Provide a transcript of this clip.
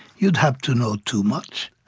you'd have to know too much.